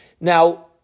Now